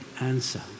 answer